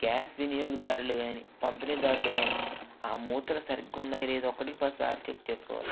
gas వినియోగదారులు గానీ పంపిణీ దారులు గానీ ఆ మూతలు సరిగ్గున్నాయా లేదా అని ఒకటికి పది సార్లు చెక్ చేసుకోవాలి